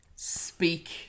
Speak